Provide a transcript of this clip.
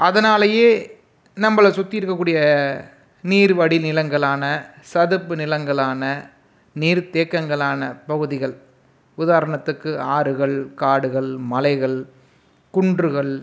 அதனாலையே நம்பளை சுற்றி இருக்கக்கூடிய நீர்வடி நிலங்களான சதுப்பு நிலங்களான நீர்த்தேக்கங்களான பகுதிகள் உதாரணத்துக்கு ஆறுகள் காடுகள் மலைகள் குன்றுகள்